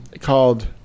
called